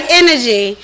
energy